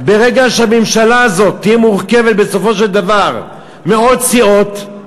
הממשלה הזאת תהיה מורכבת בסופו של דבר מעוד סיעות.